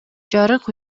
жарык